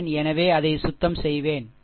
எனவே அதை சுத்தம் செய்வேன் சரி